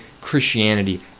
Christianity